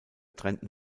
trennten